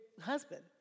husband